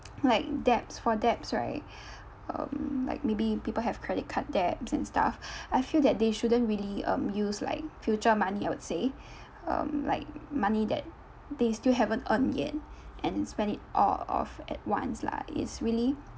like debts for debts right um like maybe people have credit card debts and stuff I feel that they shouldn't really um use like future money I would say um like money that they still haven't earned yet and spend it all off at once lah it's really